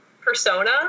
persona